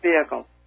vehicle